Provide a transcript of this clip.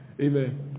Amen